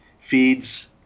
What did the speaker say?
feeds